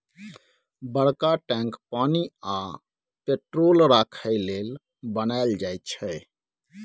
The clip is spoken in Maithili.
बरका टैंक पानि आ पेट्रोल राखय लेल बनाएल जाई छै